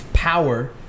Power